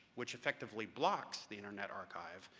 which effectively blocks the internet archive,